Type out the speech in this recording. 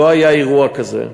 לא היה אירוע כזה,